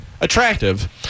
Attractive